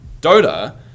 Dota